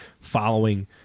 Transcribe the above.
following